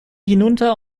hinunter